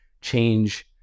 change